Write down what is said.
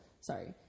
Sorry